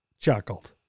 chuckled